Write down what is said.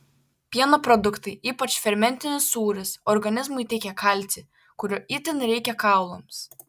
pieno produktai ypač fermentinis sūris organizmui tiekia kalcį kurio itin reikia kaulams